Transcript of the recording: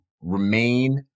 remain